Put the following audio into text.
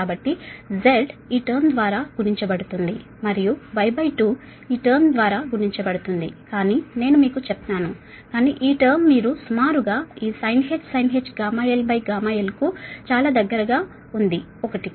కాబట్టి Z ఈ term ద్వారా గుణించబడుతుంది మరియు Y2 ఈ టర్మ్ ద్వారా గుణించబడుతుంది కానీ నేను మీకు చెప్తాను కాని ఈ టర్మ్ మీరు సుమారుగా ఈ sinh γl γl కు చాలా దగ్గరగా ఉన్నారు ఒకటికి